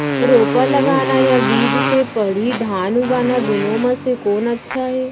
रोपा लगाना या बीज से पड़ही धान उगाना दुनो म से कोन अच्छा हे?